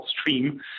stream